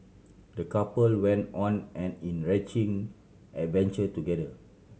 the couple went on an enriching adventure together